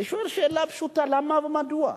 אני שואל שאלה פשוטה: למה ומדוע?